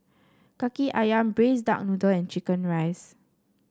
Kaki ayam Braised Duck Noodle and chicken rice